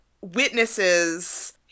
witnesses